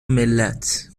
ملت